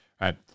right